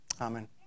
Amen